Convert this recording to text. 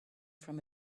from